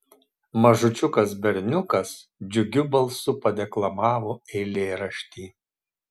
mažučiukas berniukas džiugiu balsu padeklamavo eilėraštį